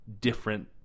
different